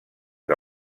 que